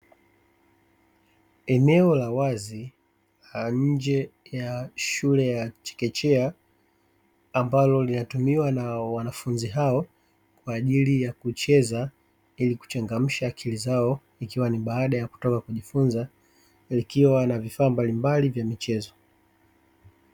Eneo la wazi la nje ya shule ya chekechea ambalo linatumiwa na wanafunzi hao kwa ajili ya kucheza ili kuchangamsha akili zao ikiwa ni baada ya kutoka kujifunza, ikiwa na vifaa mbalimbali vya michezo.